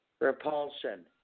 Repulsion